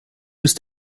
ist